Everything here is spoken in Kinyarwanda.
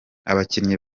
abakinnyi